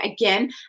again